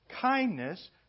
kindness